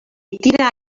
tira